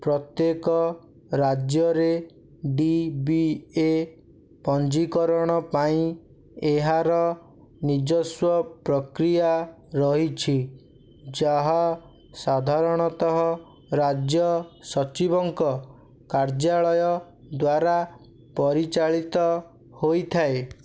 ପ୍ରତ୍ୟେକ ରାଜ୍ୟରେ D B A ପଞ୍ଜୀକରଣପାଇଁ ଏହାର ନିଜସ୍ୱ ପ୍ରକ୍ରିୟା ରହିଛି ଯାହା ସାଧାରଣତଃ ରାଜ୍ୟ ସଚିବଙ୍କ କାର୍ଯ୍ୟାଳୟ ଦ୍ୱାରା ପରିଚାଳିତ ହୋଇଥାଏ